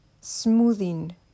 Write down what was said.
smoothing